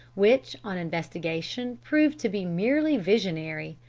which on investigation prove to be merely visionary.